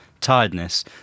tiredness